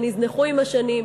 שנזנחו עם השנים,